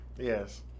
yes